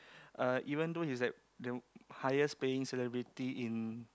uh even though he's like the highest paying celebrity in